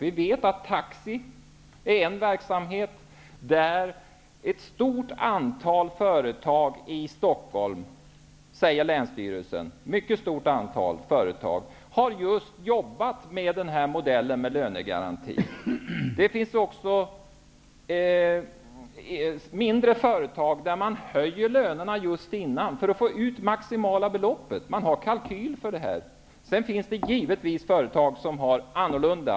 Taxi är ett exempel på en verksamhet där ett mycket stort antal företag i Stockholm, enligt Länsstyrelsen, just har jobbat med lönegarantin enligt nämnda modell. Det finns också exempel på mindre företag där lönerna höjs just före en konkurs för att det skall gå att få ut maximala belopp. Man har tagit med detta i sina kalkyler. Men givetvis finns det företag där det är annorlunda.